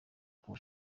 kuva